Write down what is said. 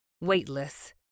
weightless